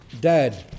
Dad